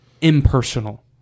impersonal